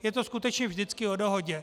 Je to skutečně vždycky o dohodě.